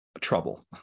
trouble